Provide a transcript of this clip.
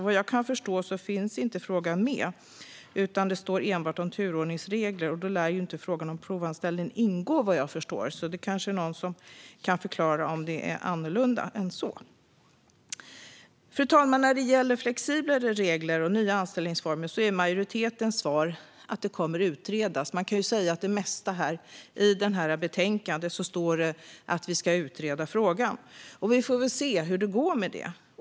Vad jag kan förstå finns inte frågan med, utan det står enbart om turordningsregler. Då lär inte frågan om provanställning ingå, vad jag förstår. Det är kanske någon som kan förklara om det är annorlunda. Fru talman! När det gäller flexiblare regler och nya anställningsformer är majoritetens svar att det kommer att utredas. Om det mesta i betänkandet står det att vi ska utreda frågan. Vi får väl se hur det går med det.